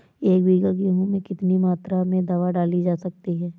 एक बीघा गेहूँ में कितनी मात्रा में दवा डाली जा सकती है?